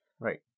Right